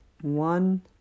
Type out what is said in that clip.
one